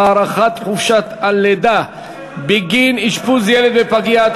הארכת חופשת הלידה בגין אשפוז ילד בפגייה),